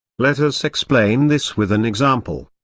let us explain this with an example.